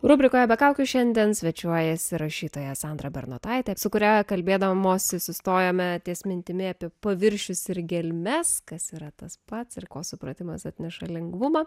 rubrikoje be kaukių šiandien svečiuojasi rašytoja sandra bernotaitė su kuria kalbėdamosi sustojome ties mintimi apie paviršius ir gelmes kas yra tas pats ir ko supratimas atneša lengvumą